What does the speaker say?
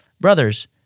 Brothers